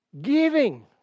Giving